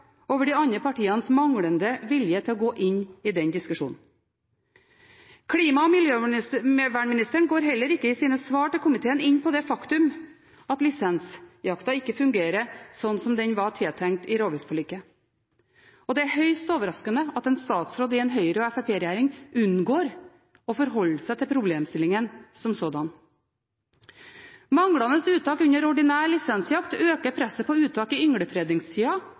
over de andre partienes manglende vilje til å gå inn i den diskusjonen. Klima- og miljøministeren går heller ikke i sine svar til komiteen inn på det faktum at lisensjakta ikke fungerer, slik det var tiltenkt i rovviltforliket. Det er høyst overraskende at en statsråd i en Høyre–Fremskrittsparti-regjering unngår å forholde seg til problemstillingen som sådan. Manglende uttak under ordinær lisensjakt øker presset på uttak i